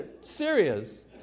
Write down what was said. Serious